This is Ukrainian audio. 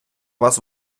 вас